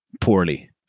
Poorly